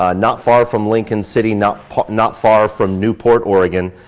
ah not far from lincoln city, not not far from newport, oregon,